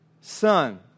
son